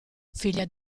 figlia